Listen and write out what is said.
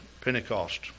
Pentecost